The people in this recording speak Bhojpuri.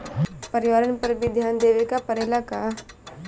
परिवारन पर भी ध्यान देवे के परेला का?